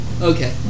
Okay